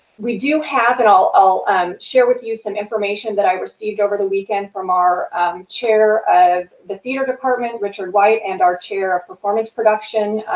we do have it all, i'll share with you some information that i received over the weekend from our chair of the theater department richard white and our chair of performance production,